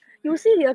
curious